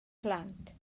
plant